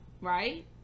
right